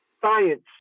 science